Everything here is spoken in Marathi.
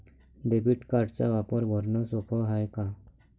डेबिट कार्डचा वापर भरनं सोप हाय का?